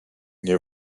nie